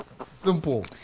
Simple